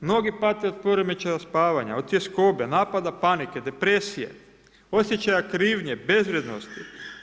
Mnogi pate od poremećaja spavanja, od tjeskobe, napada panike, depresije, osjećaja krivnje, bezvrijednosti.